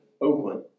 Oakland